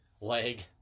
leg